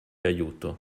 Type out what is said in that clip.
aiuto